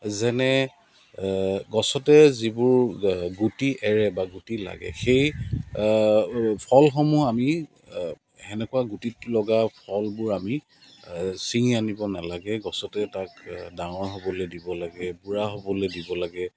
যেনে গছতে যিবোৰ গুটি এৰে বা গুটি লাগে সেই ফলসমূহ আমি সেনেকুৱা গুটিত লগা ফলবোৰ আমি ছিঙি আনিব নেলাগে গছতে তাক ডাঙৰ হ'বলৈ দিব লাগে বুঢ়া হ'বলৈ দিব লাগে